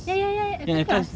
ya ya ya at the class